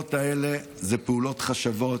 הפעולות האלה הן פעולות חשובות.